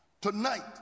Tonight